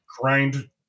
grind